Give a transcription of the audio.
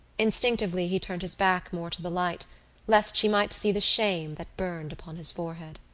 instinctively he turned his back more to the light lest she might see the shame that burned upon his forehead.